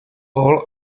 all